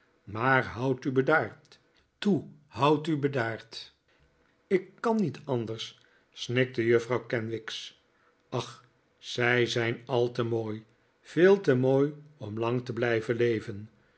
maar houd u bedaard toe houd u bedaard ik kan ik kan niet anders snikte juffrouw kenwigs ach zij zijn al te mooi veel te mooi om lang te blijven leven